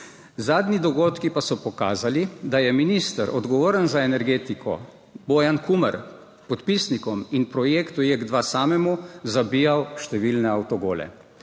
Zadnji dogodki pa so pokazali, da je minister, odgovoren za energetiko, Bojan Kumer podpisnikom in projektu Jek 2 samemu zabijal številne avtogole.